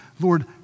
Lord